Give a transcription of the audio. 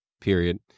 period